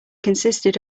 consisted